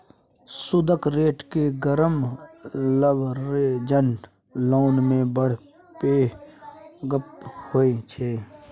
सुदक रेट केँ गिरब लबरेज्ड लोन मे बड़ पैघ गप्प होइ छै